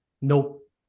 Nope